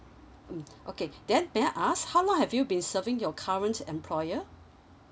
mm okay then may I ask how long have you been serving your current employer